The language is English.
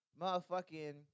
motherfucking